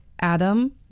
Adam